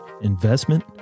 investment